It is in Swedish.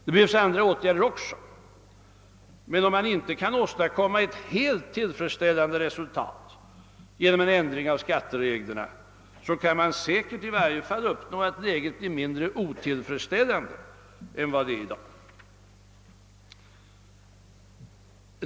Det behövs andra åtgärder också. Men om man inte kan åstadkomma ett helt tillfredsställande resultat genom en ändring av skattereglerna kan man säkerligen i varje fall uppnå att läget blir mindre otillfredsställande än vad det är i dag.